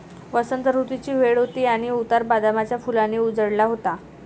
वसंत ऋतूची वेळ होती आणि उतार बदामाच्या फुलांनी उजळला होता